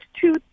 two